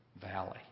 valley